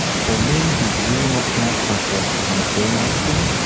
but for men who do not have pathological hypogonadism,